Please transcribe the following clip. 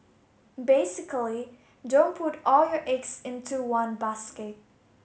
basically don't put all your eggs into one basket